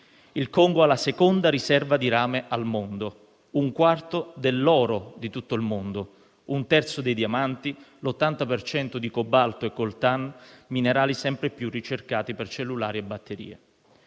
Il Congo ha la seconda riserva di rame al mondo, un quarto dell'oro di tutto il mondo, un terzo dei diamanti, l'80 per cento di cobalto e coltan, minerali sempre più ricercati per cellulari e batterie;